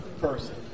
person